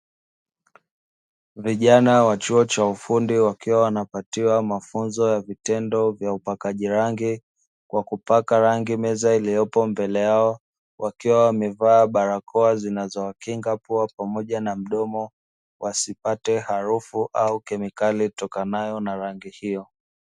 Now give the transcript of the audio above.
Vijana wa chuo cha ufundi wakiwa wanapatiwa mafunzo ya vitendo vya upakaji rangi, kwa kupaka rangi meza iliyopo mbele yao, wakiwa wamevaa barakoa zinazowakinga pua pamoja na mdomo, wasipate harufu au kemikali itokanayo na rangi hiyo.